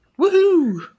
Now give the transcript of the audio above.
Woohoo